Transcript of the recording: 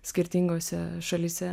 skirtingose šalyse